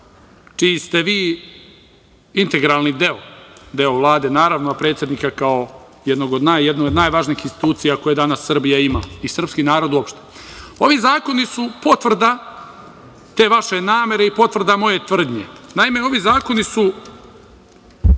čiji ste vi integralni deo, deo Vlade, naravno, a predsednika kao jednog od najvažnijih institucija koje danas Srbija i srpski narod ima. Ovi zakoni su potvrda te vaše namere i potvrda moje tvrdnje. Naime, ovi zakoni su